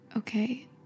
Okay